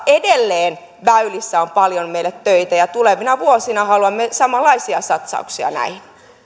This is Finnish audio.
edelleen väylissä on paljon meille töitä ja tulevina vuosina haluamme samanlaisia satsauksia näihin